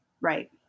Right